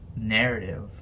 narrative